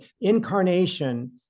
incarnation